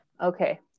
Okay